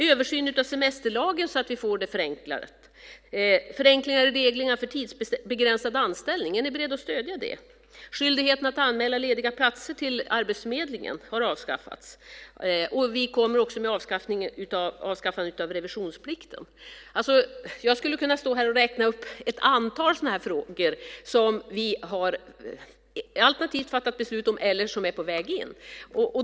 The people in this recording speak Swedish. Översyn av semesterlagen så att vi får den förenklad och förenklingar i reglerna för tidsbegränsad anställning - är ni beredda att stödja detta? Skyldigheten att anmäla lediga platser till Arbetsförmedlingen har avskaffats, och vi kommer också med förslag om avskaffande av revisionsplikten. Jag skulle kunna stå här och räkna upp ett antal sådana här frågor som vi antingen har fattat beslut om eller som är på väg in.